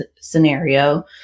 scenario